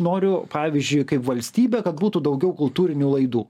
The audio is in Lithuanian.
noriu pavyzdžiui kaip valstybė kad būtų daugiau kultūrinių laidų